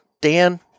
Dan